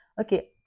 okay